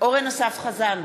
אורן אסף חזן,